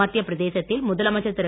மத்திய பிரதேசத்தில் முதலமைச்சர் திரு